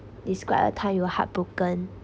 describe a time you heartbroken